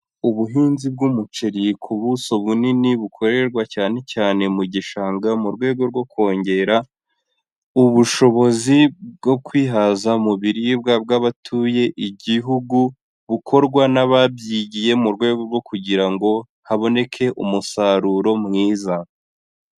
Ubuhinzi bw'umuceri ku buso bunini bukorerwa cyane cyane mu gishanga mu rwego rwo kongera ubushobozi bwo kwihaza mu biribwa bw'abatuye igihugu, bukorwa n'ababyigiye mu rwego rwo kugira ngo haboneke umusaruro mwiza.